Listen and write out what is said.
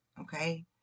Okay